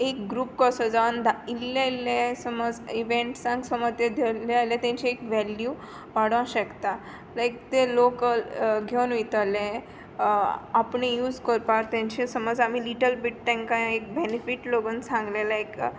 एक ग्रूप कसो जावन इल्ले इल्ले समज इवेंट्सांक समज ते धल्ले जाल्यार तेंची एक व्हेल्यू वाडों शकता लायक ते लोकल घेवन वोयतोले आपणें यूज कोरपा तांचे सपोज आमी तांकां लीटल बीट तांकां एक बेनिफीट लोगून सांगलें लायक